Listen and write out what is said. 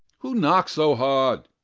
who knocks so hard?